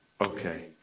Okay